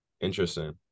Interesting